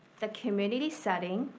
the community setting,